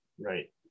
right